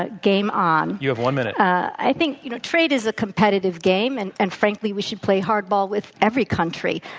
ah game on. you have one minute. i think you know trade is a competitive game and, and frankly, we should play hardball with every country.